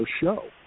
show